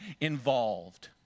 involved